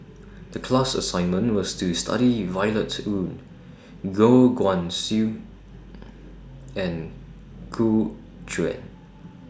The class assignment was to study about Violet Oon Goh Guan Siew and Gu Juan